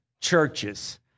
churches